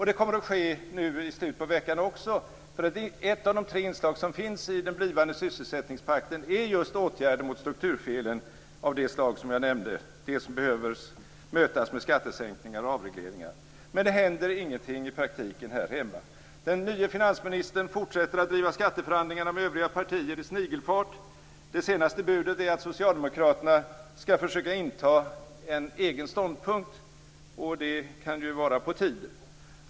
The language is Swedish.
Det kommer att ske nu i slutet på veckan också, för ett av de tre inslag som finns i den blivande sysselsättningspakten är just åtgärder mot strukturfelen av det slag som jag nämnde och som behöver mötas med skattesänkningar och avregleringar. Men det händer ingenting i praktiken här hemma. Den nye finansministern fortsätter att driva skatteförhandlingarna med övriga partier med snigelfart. Det senaste budet är att socialdemokraterna skall försöka inta en egen ståndpunkt. Det kan vara på tiden.